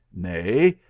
nay,